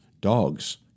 dogs